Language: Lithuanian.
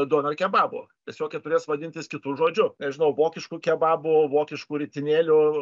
doner kebabu tiesiog jie turės vadintis kitu žodžiu nežinau vokišku kebabu vokišku ritinėliu